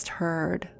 heard